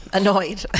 Annoyed